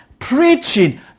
preaching